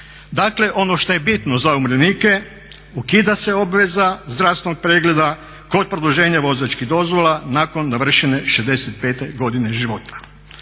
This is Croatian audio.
Dakle on ošto je bitno za umirovljenike ukida se obveza zdravstvenog pregleda kod produženja vozačkih dozvola nakon navršene 65.godine život.